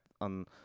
on